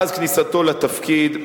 מאז כניסתו לתפקיד,